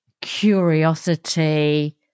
curiosity